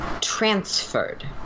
transferred